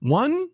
one